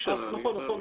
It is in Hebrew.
שכונה.